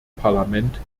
parlament